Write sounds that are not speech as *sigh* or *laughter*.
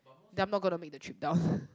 then I'm not going to make the trip down *breath*